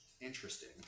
interesting